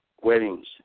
weddings